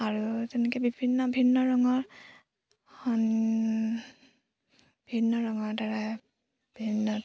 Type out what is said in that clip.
আৰু তেনেকৈ বিভিন্ন ভিন্ন ৰঙৰ ভিন্ন ৰঙৰ দ্বাৰাই ভিন্ন